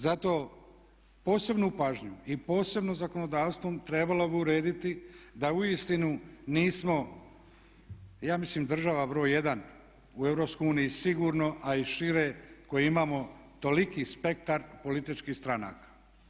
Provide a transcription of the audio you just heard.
Zato posebnu pažnju i posebno zakonodavstvom trebalo bi urediti da uistinu nismo ja mislim država br. 1 u Europskoj uniji sigurno, a i šire koji imamo toliki spektar političkih stranaka.